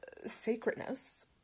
sacredness